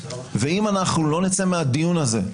ואם אנחנו לא נצא מהדיון הזה,